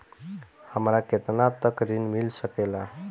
हमरा केतना तक ऋण मिल सके ला?